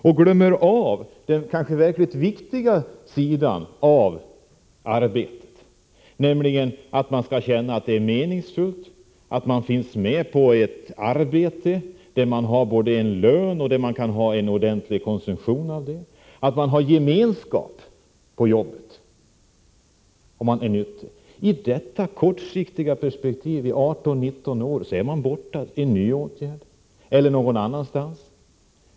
Då glömmer man också av den kanske verkligt viktiga sidan av arbetet, nämligen att ungdomarna skall känna att det är meningsfullt att de finns med på en arbetsplats, att de får en lön som kan tillåta en ordentlig konsumtion, att de har gemenskap på jobbet och att de är nyttiga. I det kortsiktiga perspektiv som nu gäller är ungdomarna borta vid 18-19-årsåldern. Då vidtas en ny åtgärd, de flyttas någon annanstans.